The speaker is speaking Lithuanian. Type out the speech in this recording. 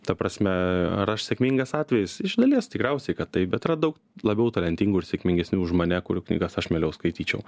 ta prasme ar aš sėkmingas atvejis iš dalies tikriausiai kad taip bet yra daug labiau talentingų ir sėkmingesnių už mane kurių knygas aš mieliau skaityčiau